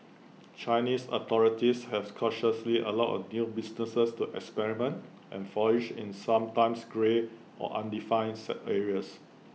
Chinese authorities have cautiously allowed new businesses to experiment and flourish in sometimes grey or undefined areas